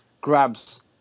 grabs